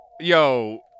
yo